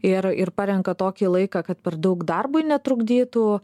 ir ir parenka tokį laiką kad per daug darbui netrukdytų